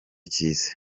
cy’isi